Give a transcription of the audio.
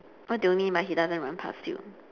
what do you mean by he doesn't run pass you